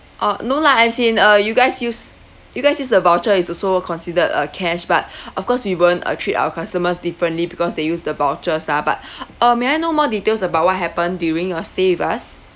oh no lah as in uh you guys use you guys use the voucher is also considered uh cash but of course we won't uh treat our customers differently because they use the vouchers lah but uh may I know more details about what happened during your stay with us